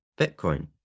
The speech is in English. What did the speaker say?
Bitcoin